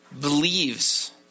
believes